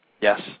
Yes